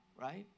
right